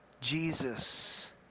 Jesus